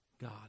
God